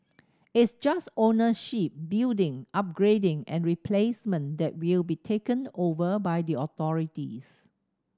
it's just ownership building upgrading and replacement that will be taken over by the authorities